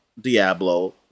Diablo